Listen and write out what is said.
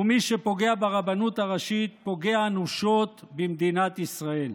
ומי שפוגע ברבנות הראשית פוגע אנושות במדינת ישראל.